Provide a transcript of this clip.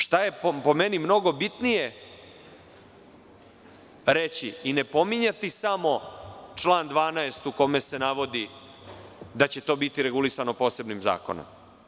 Šta je, po meni, mnogo bitnije reći i ne pominjati samo član 12. u kome se navodi da će to biti regulisano posebnim zakonom?